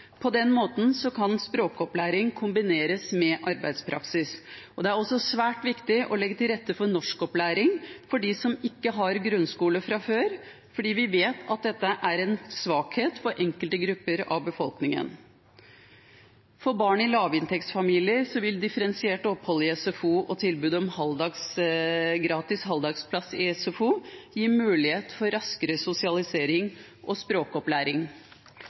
På den måten kan språkopplæring kombineres med arbeidspraksis. Det er også svært viktig å legge til rette for norskopplæring for dem som ikke har grunnskole fra før, fordi vi vet at dette er en svakhet for enkelte grupper av befolkningen. For barn i lavinntektsfamilier vil differensiert opphold i SFO og tilbud om gratis halvdagsplass i SFO gi mulighet for raskere sosialisering og språkopplæring.